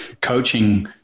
coaching